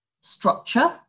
structure